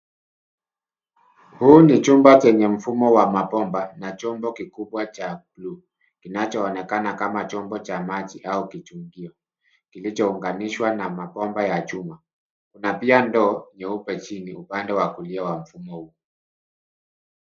Hiki ni chumba chenye mfumo wa mabomba na chumbo kikubwa cha bluu kinachoonekana kama cha maji au kichungio kilicho unganishwa na mabomba ya chuma na pia ndoo nyeupe jini upande wa kulia wa mfumo huu.